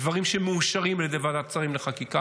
הדברים שמאושרים על ידי ועדת השרים לחקיקה,